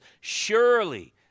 surely